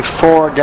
four